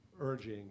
urging